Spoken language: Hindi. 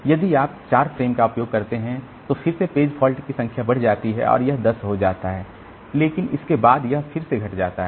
यदि आप 4 फ़्रेमों का उपयोग करते हैं तो फिर से पेज फॉल्ट की संख्या बढ़ जाता है और यह 10 हो जाता है लेकिन इसके बाद यह फिर से घट जाता है